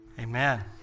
Amen